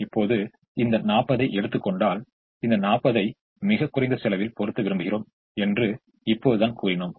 இப்போது இந்த 40 ஐ எடுத்துக் கொண்டால் இந்த 40 ஐ மிகக் குறைந்த செலவில் பொறுத்த விரும்புகிறோம் என்று இப்போது தான் கூறினோம்